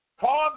Call